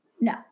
no